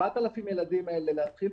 ה-7,000 ילדים האלה להתחיל